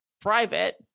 private